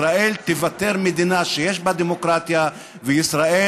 ישראל תיוותר מדינה שיש בה דמוקרטיה וישראל